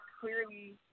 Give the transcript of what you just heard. clearly